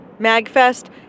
MagFest